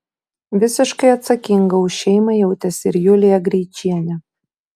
visiškai atsakinga už šeimą jautėsi ir julija greičienė